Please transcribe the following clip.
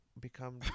become